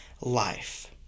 life